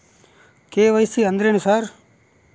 KYC ಅಂದ್ರೇನು sir?